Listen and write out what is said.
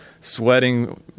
sweating